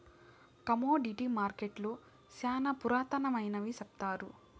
commodity మార్కెట్టులు శ్యానా పురాతనమైనవి సెప్తారు